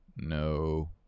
no